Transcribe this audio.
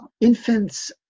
Infants